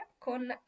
con